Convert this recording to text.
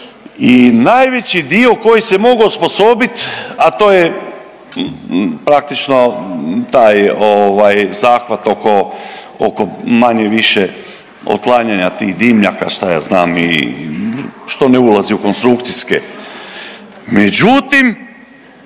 i najveći dio koji se mogao osposobiti, a to je praktično taj ovaj, zahvat oko, oko, manje-više otklanjanja tih dimnjaka, šta ja znam, što ne ulazi u konstrukcijske. Međutim,